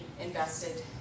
invested